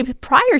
prior